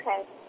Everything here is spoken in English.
Okay